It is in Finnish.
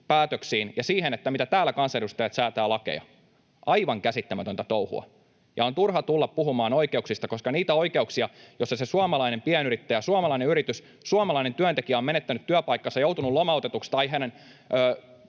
päätöksiin ja siihen, miten täällä kansanedustajat säätävät lakeja. Aivan käsittämätöntä touhua. On turha tulla puhumaan oikeuksista, koska niitä oikeuksia, joissa se suomalainen pienyrittäjä, suomalainen yritys, suomalainen työntekijä on menettänyt työpaikkansa, joutunut lomautetuksi tai hänen